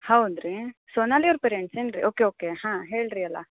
ಹೌದು ರೀ ಸೊನಾಲಿ ಅವ್ರ ಪೇರೆಂಟ್ಸ್ ಏನು ರೀ ಓಕೆ ಓಕೆ ಹಾಂ ಹೇಳಿ ರೀ ಅಲಾ